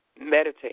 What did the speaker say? Meditate